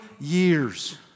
years